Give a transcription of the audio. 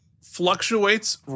fluctuates